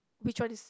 which one is